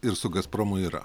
ir su gazpromu yra